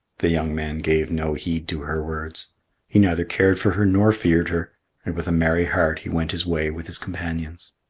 the young man gave no heed to her words he neither cared for her nor feared her, and with a merry heart he went his way with his companions.